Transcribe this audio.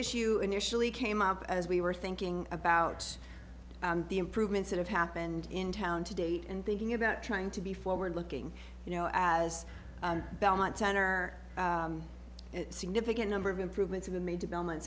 issue initially came up as we were thinking about the improvements that have happened in town to date and thinking about trying to be forward looking you know as belmont center a significant number of improvements of i'm a development